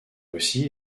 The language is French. aussi